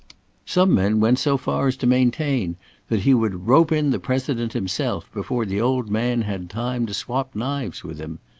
some men went so far as to maintain that he would rope in the president himself before the old man had time to swap knives with him.